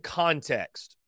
context